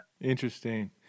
Interesting